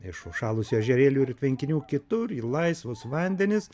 iš užšalusių ežerėlių ir tvenkinių kitur į laisvus vandenis